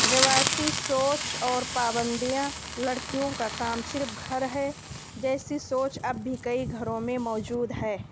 روایتی سوچ اور پابندیاں لڑکیوں کا کام صرف گھر ہے جیسی سوچ اب بھی کئی گھروں میں موجود ہے